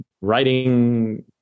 writing